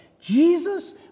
Jesus